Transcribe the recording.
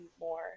more